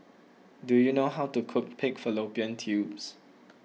do you know how to cook Pig Fallopian Tubes